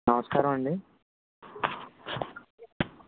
నమస్కారమండి